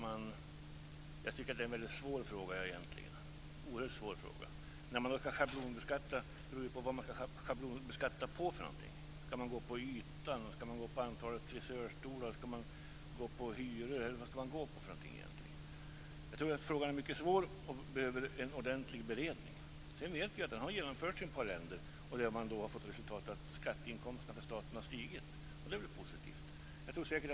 Fru talman! Det är en oerhört svår fråga. Vad ska man gå efter när man ska schablonbeskatta - yta, antal frisörstolar, hyra osv.? Frågan är mycket svår och behöver en ordentlig beredning. Jag vet att det har genomförts i ett par länder där man har fått resultatet att skatteinkomsterna till staten har stigit. Det är positivt.